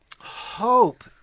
Hope